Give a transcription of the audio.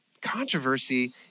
Controversy